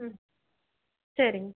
ம் சரிங்க